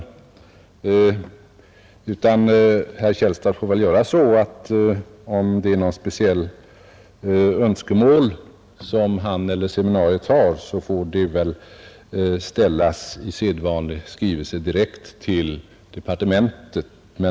Det enda råd jag kan ge herr Källstad är att om han eller det omnämnda seminariet har några speciella önskemål eller förslag i denna fråga får man väl på sedvanligt sätt framföra dem i en skrivelse direkt till departementet.